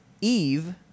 eve